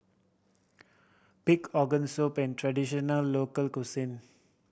pig organ soup an traditional local cuisine